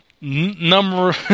number